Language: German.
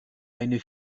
eine